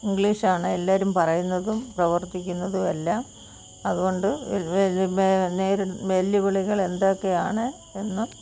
ഇംഗ്ലീഷാണ് എ രും പറയുന്നതും പ്രവർത്തിക്കുന്നതും എല്ലാം അതുകൊണ്ട് നേരിടു വെല്ലുവിളികൾ എന്തൊക്കെയാണ് എന്ന്